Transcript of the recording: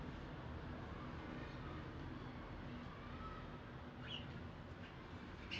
I mean ya lah I guess that's important lah like you see in singapore they have this drunk driving cases and all that